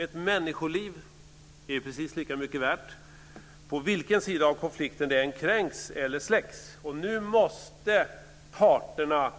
Ett människoliv är precis lika mycket värt på vilken sida av konflikten det än kränks eller släcks. Nu måste parterna